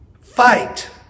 Fight